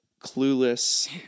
clueless